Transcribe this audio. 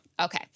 okay